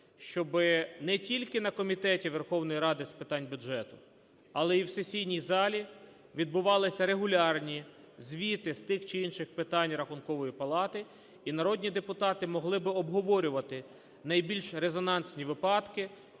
щоб не тільки на Комітеті Верховної Ради з питань бюджету, але і в сесійній залі відбувалися регулярні звіти з тих чи інших питань Рахункової палат, і народні депутати могли б обговорювати найбільш резонансні випадки,